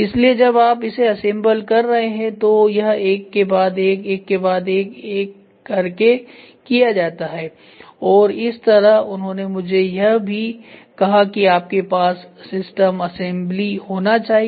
इसलिए जब आप इसे असेंबल कर रहे हैं तो यह एक के बाद एकएक के बाद एक कर के किया जाता है और इस तरह उन्होंने मुझसे यह भी कहा कि आपके पास सिस्टम असेंबली होनी चाहिए